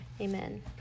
Amen